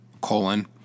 colon